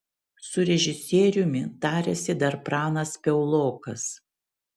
su režisieriumi tarėsi dar pranas piaulokas